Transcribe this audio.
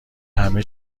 همه